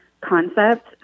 concept